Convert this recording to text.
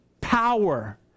power